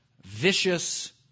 vicious